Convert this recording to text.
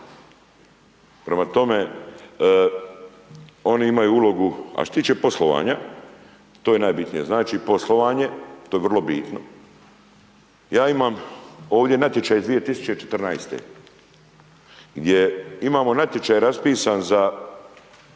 Prema tome, oni imaju ulogu, a što se tiče poslovanja, to je najbitnije. Znači, poslovanje, to je vrlo bitno, ja imam ovdje natječaj iz 2014. gdje imamo natječaj raspisan za,